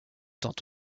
tant